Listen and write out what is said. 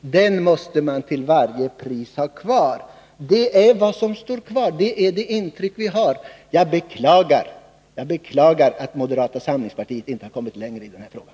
Den måste till varje pris finnas kvar. Det är det intryck vi har. Jag beklagar att moderata samlingspartiet inte har kommit längre i den här frågan.